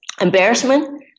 embarrassment